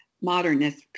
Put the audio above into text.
modernist